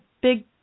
big